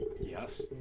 Yes